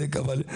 החם.